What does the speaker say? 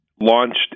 launched